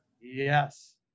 Yes